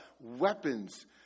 weapons